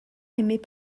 aimaient